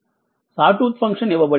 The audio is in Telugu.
సా టూత్ ఫంక్షన్ ఇవ్వబడింది